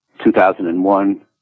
2001